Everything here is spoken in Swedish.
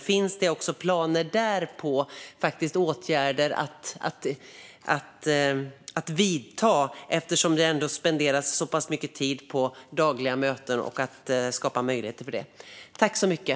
Finns det planer på åtgärder att vidta där? Det läggs ju ändå så pass mycket tid på dagliga möten och att skapa möjligheter för det.